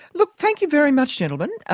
look, thank you very much, gentlemen. ah